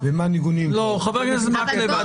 חבר הכנסת מקלב,